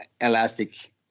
elastic